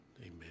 Amen